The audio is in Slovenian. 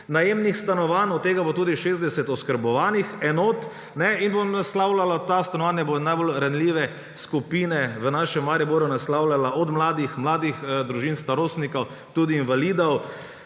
najemnih stanovanj, od tega bo tudi 60 oskrbovanih enot, in bodo ta stanovanja najbolj ranljive skupine v našem Mariboru naslavljala; od mladih, mladih družin, starostnikov tudi invalidov.